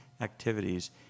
activities